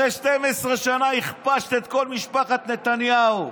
הרי 12 שנה הכפשת את כל משפחת נתניהו.